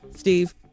Steve